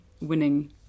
winning